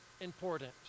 important